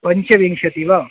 पञ्चविंशतिः वा